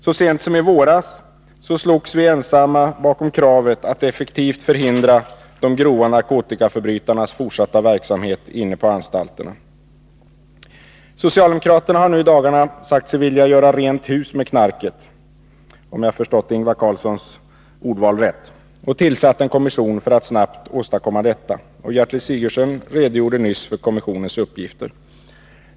Så sent som i våras slogs vi ensamma för kravet på att effektivt förhindra de grova narkotikaförbrytarnas fortsatta verksamhet inne på anstalterna. Socialdemokraterna har i dagarna sagt sig vilja göra rent hus med knarket — om jag förstod Ingvar Carlssons ordval rätt — och tillsatt en kommission för att snabbt åstadkomma detta. Gertrud Sigurdsen redogjorde nyss för kommissionens uppgifter.